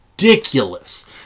ridiculous